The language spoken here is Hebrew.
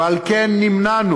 ועל כן נמנענו